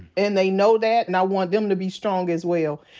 and they know that. and i want them to be strong as well.